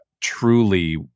truly